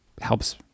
helps